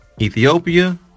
Ethiopia